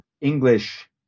English